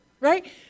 right